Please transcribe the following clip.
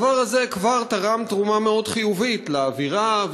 הדבר הזה כבר תרם תרומה מאוד חיובית לאווירה,